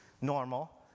normal